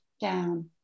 down